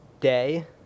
day